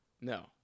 No